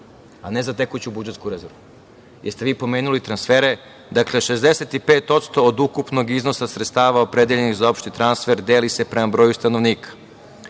a ne za tekuću budžetsku rezervu. Vi ste pomenuli transfere. Dakle, 65% od ukupnog iznosa sredstava opredeljenih za opšti transfer deli se prema broju stanovnika,